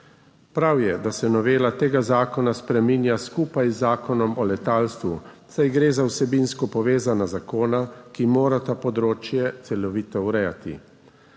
Prav je, da se novela tega zakona spreminja skupaj z Zakonom o letalstvu, saj gre za vsebinsko povezana zakona, ki morata področje celovito urejati.